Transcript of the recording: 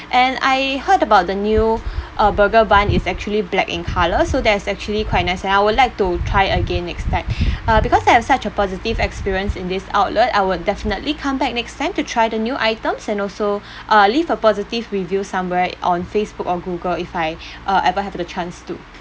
and I heard about the new uh burger bun is actually black in colour so there's actually quite nice and I would like to try again next time uh because I have such a positive experience in this outlet I would definitely come back next time to try the new items and also uh leave a positive review somewhere on facebook or google if I uh ever have to the chance to